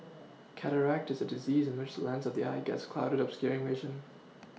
cataract is a disease in which lens of the eye gets clouded obscuring vision